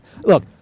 look